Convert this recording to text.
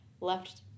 left